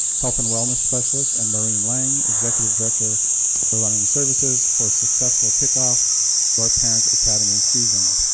health and wellness specialist, and? but i mean lange? executive director for learning services for successful kickoff for parent academy season.